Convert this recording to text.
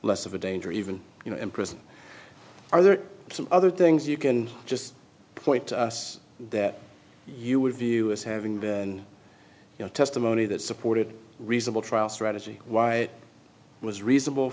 less of a danger even you know in prison are there some other things you can just point to that you would view as having been you know testimony that supported reasonable trial strategy why it was reasonable